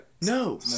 No